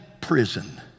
prison